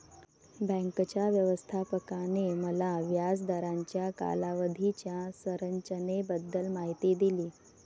बँकेच्या व्यवस्थापकाने मला व्याज दराच्या कालावधीच्या संरचनेबद्दल माहिती दिली